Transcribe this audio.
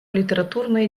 літературної